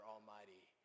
Almighty